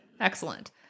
Excellent